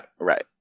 right